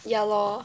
ya lor